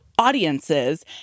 Audiences